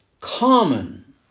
common